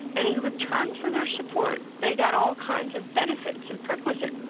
and in return for their support, they got all kinds of benefits and perquisites,